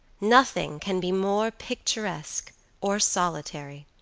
nothing can be more picturesque or solitary.